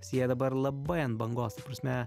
nes jie dabar labai ant bangos ta prasme